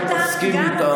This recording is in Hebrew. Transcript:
אני מסכים איתך.